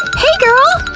hey, girl!